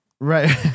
Right